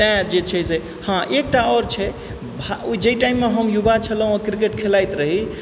तैं जे छै से हँ एकटा आओर छै भा जाहि टाइममे हम युवा छलहुँ क्रिकेट खेलाइत रही